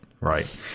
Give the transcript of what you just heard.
right